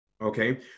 okay